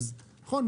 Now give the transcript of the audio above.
נכון?